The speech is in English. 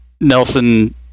Nelson